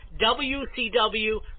WCW